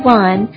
one